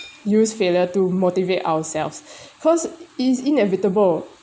use failure to motivate ourselves cause it's inevitable